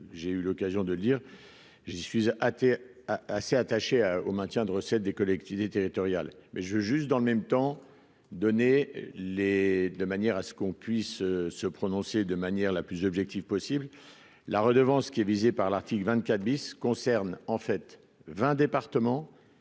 j'ai eu l'occasion de le dire, j'y suis athée assez attachés au maintien de recettes des collectivités territoriales mais je juste dans le même temps, donner les de manière à ce qu'on puisse se prononcer de manière la plus objective possible la redevance qui est visée par l'article 24 bis concerne en fait 20 départements